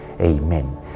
Amen